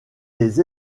les